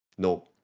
No